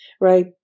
right